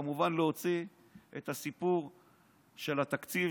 כמובן להוציא את הסיפור של התקציב,